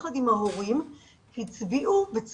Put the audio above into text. זה